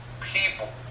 people